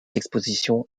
expositions